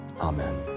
amen